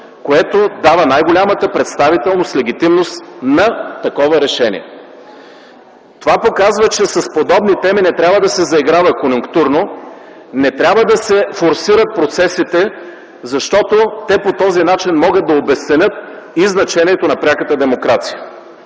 което дава най-голямата представителност, легитимност на такова решение. Това показва, че с подобни теми не трябва да се заиграва конюнктурно, не трябва да се форсират процесите, защото по този начин те могат да обезценят и значението на пряката демокрация.